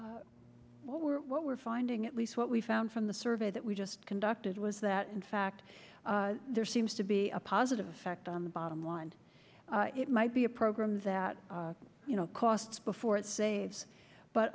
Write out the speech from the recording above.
what we're what we're finding at least what we found from the survey that we just conducted was that in fact there seems to be a positive effect on the bottom line and it might be a program that you know costs before it saves but